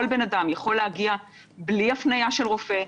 כל בן אדם יכול להגיע בלי הפניה של רופא,